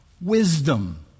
wisdom